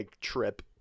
trip